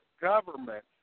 government